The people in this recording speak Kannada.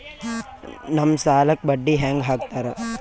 ನಮ್ ಸಾಲಕ್ ಬಡ್ಡಿ ಹ್ಯಾಂಗ ಹಾಕ್ತಾರ?